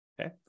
Okay